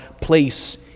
place